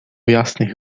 jasnych